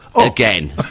again